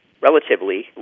relatively